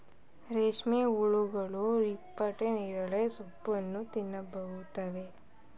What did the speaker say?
ರೇಷ್ಮೆ ಹುಳುಗಳು ಹಿಪ್ಪನೇರಳೆ ಸೋಪ್ಪನ್ನು ತಿನ್ನುತ್ತವೆ